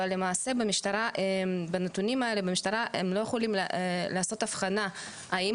אבל למעשה בנתונים האלה במשטרה הם לא יכולים לעשות הבחנה האם